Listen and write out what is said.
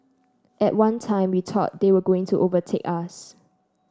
at one time we thought they were going to overtake us